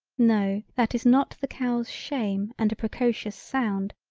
no that is not the cows shame and a precocious sound,